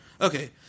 Okay